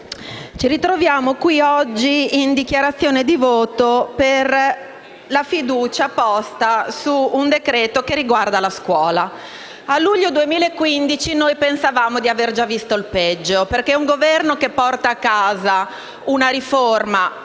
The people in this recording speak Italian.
ci ritroviamo oggi in dichiarazione di voto sulla fiducia posta su un decreto-legge che riguarda la scuola. A luglio 2015 noi pensavamo di avere già visto il peggio, perché un Governo che porta a casa una